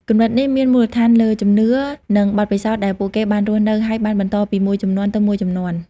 គំនិតនេះមានមូលដ្ឋានលើជំនឿនិងបទពិសោធន៍ដែលពួកគេបានរស់នៅ ហើយបានបន្តពីមួយជំនាន់ទៅមួយជំនាន់។